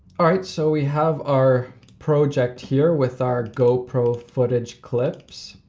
alright, so we have our project here with our go pro footage clips.